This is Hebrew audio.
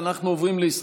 והמנטליות הכלכלית,